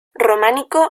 románico